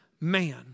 man